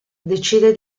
decide